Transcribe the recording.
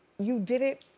you did it